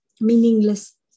meaningless